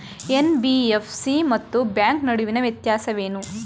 NBFC ಮತ್ತು bank ನಡುವಿನ ವ್ಯತ್ಯಾಸವೇನು?